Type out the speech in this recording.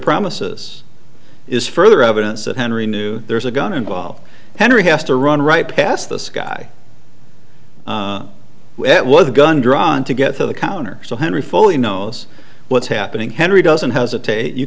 premises is further evidence that henry knew there is a gun involved henry has to run right past the sky it was a gun drawn to get to the counter so henry fully knows what's happening henry doesn't hesitate you